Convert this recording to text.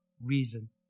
reason